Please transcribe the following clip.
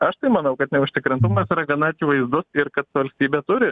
aš tai manau kad neužtikrintumas yra gana akivaizdus ir kad valstybė turi